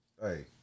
Hey